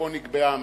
ופה נקבעה המפה,